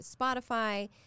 spotify